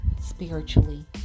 spiritually